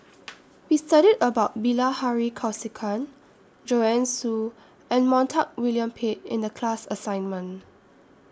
We studied about Bilahari Kausikan Joanne Soo and Montague William Pett in The class assignment